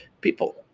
people